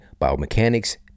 biomechanics